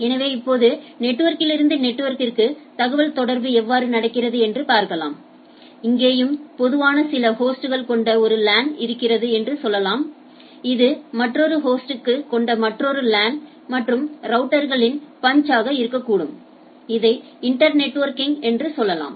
எனவே இப்போது நெட்வொர்க்லிருந்து நெட்வொர்க்ற்கு தகவல்தொடர்பு எவ்வாறு நடக்கிறது என்று பார்க்கலாம் இங்கேயும் பொதுவான சில ஹோஸ்ட்களை கொண்ட ஒரு லேன் இருக்கிறது என்று சொல்லலாம் இது மற்றொரு ஹோஸ்டைக் கொண்ட மற்றொரு லேன் மற்றும் ரவுட்டர்களின் பன்ச் ஆக இருக்கக்கூடும் இதை இன்டர் நெட்வொர்க்கிங் என்று சொல்லலாம்